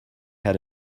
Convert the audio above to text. had